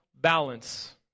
balance